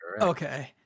okay